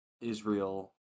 Israel